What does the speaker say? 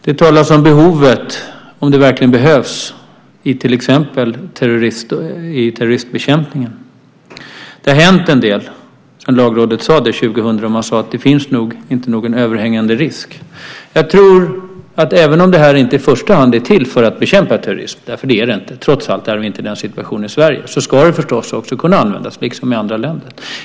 Det talas om behovet, om det verkligen behövs i till exempel terroristbekämpningen. Det har hänt en del sedan Lagrådet år 2000 sade att det nog inte finns någon överhängande risk. Även om det här inte i första hand är till för att bekämpa terrorismen - det är det inte; vi har trots allt inte den situationen i Sverige - ska det förstås också kunna användas, liksom i andra länder.